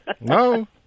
No